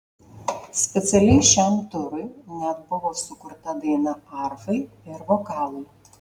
specialiai šiam turui net buvo sukurta daina arfai ir vokalui